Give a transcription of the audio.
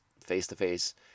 face-to-face